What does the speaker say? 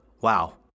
wow